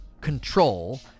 control